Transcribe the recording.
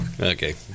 Okay